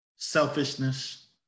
Selfishness